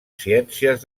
ciències